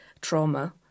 trauma